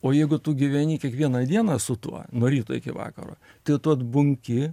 o jeigu tu gyveni kiekvieną dieną su tuo nuo ryto iki vakaro tai tu atbunki